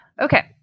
Okay